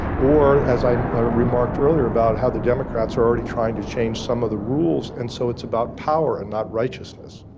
or as i remarked earlier about how the democrats are already trying to change some of the rules, and so, it's about power and not righteousness.